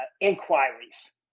inquiries